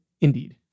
Indeed